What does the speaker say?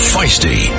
Feisty